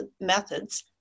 methods